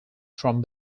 from